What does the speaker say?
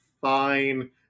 fine